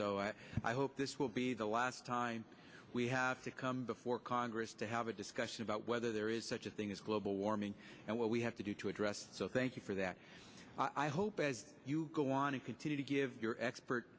so i hope this will be the last time we have to come before congress to have a discussion about whether there is such a thing as global warming and what we have to do to address so thank you for that i hope as you go on and continue to give your expert